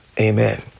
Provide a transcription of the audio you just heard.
Amen